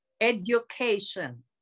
education